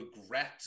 regret